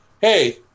hey